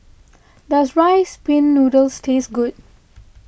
does Rice Pin Noodles taste good